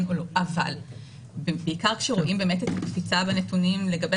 אבל בעיקר כשרואים את הקפיצה בנתונים לגבי